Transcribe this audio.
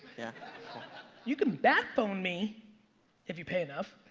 yeah you can back phone me if you pay enough.